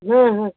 ಹಾಂ ಹಾಂ